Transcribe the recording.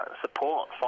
support